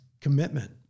commitment